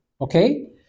okay